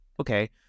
Okay